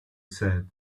said